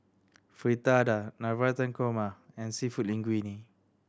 Fritada Navratan Korma and Seafood Linguine